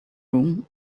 room